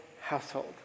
household